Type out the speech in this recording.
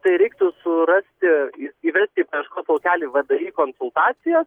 tai reiktų surasti į įvesti į paieškos laukelį vdi konsultacijos